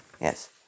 Yes